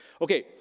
okay